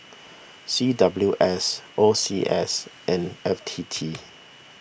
C W S O C S and F T T